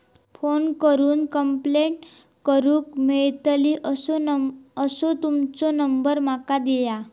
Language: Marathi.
फोन करून कंप्लेंट करूक मेलतली असो तुमचो नंबर माका दिया?